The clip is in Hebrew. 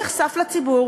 כל הנואמים באירוע,